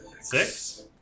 Six